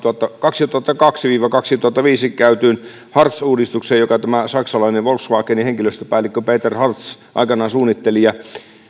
kaksituhattakaksi viiva kaksituhattaviisi käytyyn hartz uudistukseen jonka tämä saksalainen volkswagenin henkilöstöpäällikkö peter hartz aikanaan suunnitteli